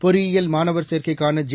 பொறியியல் மாணவர் சேர்க்கைக்கான ஜே